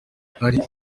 hari